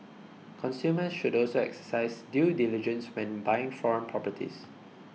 consumers should also exercise due diligence when buying foreign properties